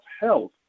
health